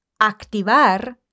activar